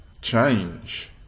change